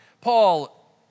Paul